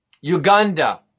Uganda